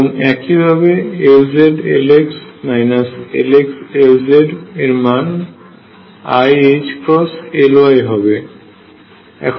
এবং একইভাবে Lz Lx Lx Lz এর মান iℏLy হবে